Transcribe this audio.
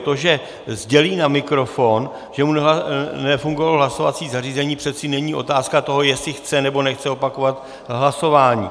To, že sdělí na mikrofon, že mu nefungovalo hlasovací zařízení, přeci není otázka toho, jestli chce, nebo nechce opakovat hlasování.